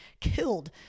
killed